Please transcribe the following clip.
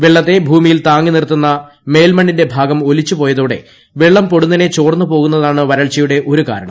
വെളളത്തെ ഭൂമിയിൽ തങ്ങി നിർത്തുന്ന മേൽമണ്ണിന്റെ ഭാഗം ഒലിച്ചുപോയതോടെ വെളളം പൊടുന്നനെ ചോർന്ന് പോകുന്നതാണ് വരൾച്ചയുടെ ഒരു കാരണം